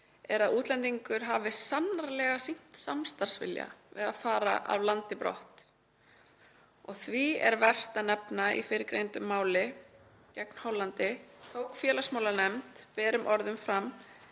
er að útlendingur hafi sannarlega sýnt samstarfsvilja við að fara af landi brott. Því er vert að nefna að í fyrrgreindu máli gegn Hollandi tók félagsmálanefnd það fram